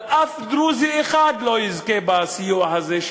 אבל אף דרוזי אחד לא יזכה בסיוע הזה,